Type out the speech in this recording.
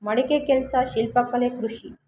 ಮಡಕೆ ಕೆಲಸ ಶಿಲ್ಪಕಲೆ ಕೃಷಿ